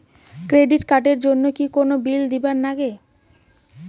Credit card এর জন্যে কি কোনো বিল দিবার লাগে?